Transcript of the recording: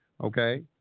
okay